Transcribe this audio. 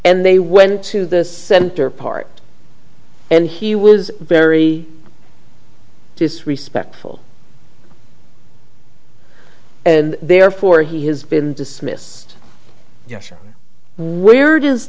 and they went to the center part and he was very disrespectful and therefore he has been dismissed yes or where does